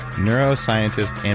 neuroscientist, md,